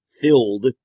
filled